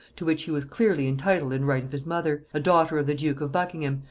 to which he was clearly entitled in right of his mother, a daughter of the duke of buckingham,